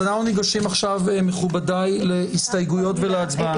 אז אנחנו ניגשים עכשיו להסתייגויות ולהצבעה.